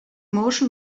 motion